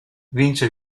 vince